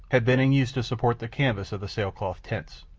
had been in use to support the canvas of the sailcloth tents.